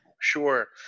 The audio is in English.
Sure